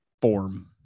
form